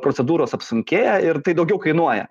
procedūros apsunkėja ir tai daugiau kainuoja